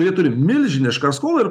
ji turi milžinišką skolą ir